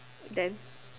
then